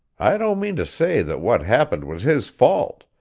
i don't mean to say that what happened was his fault.